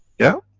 yeah?